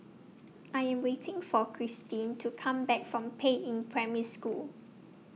I Am waiting For Christin to Come Back from Peiying Primary School